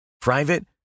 Private